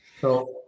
So-